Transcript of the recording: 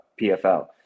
PFL